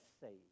saved